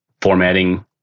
formatting